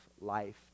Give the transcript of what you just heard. life